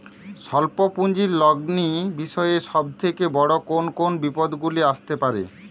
স্বল্প পুঁজির লগ্নি বিষয়ে সব থেকে বড় কোন কোন বিপদগুলি আসতে পারে?